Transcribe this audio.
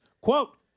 quote